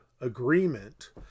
agreement